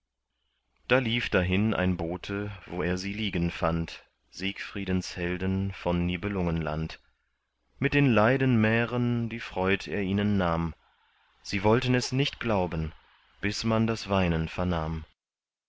da lief dahin ein bote wo er sie liegen fand siegfriedens helden von nibelungenland mit den leiden mären die freud er ihnen nahm sie wollten es nicht glauben bis man das weinen vernahm